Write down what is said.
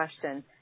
question